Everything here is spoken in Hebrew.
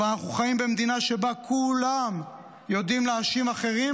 אבל אנחנו חיים במדינה שבה כולם יודעים להאשים אחרים,